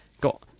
got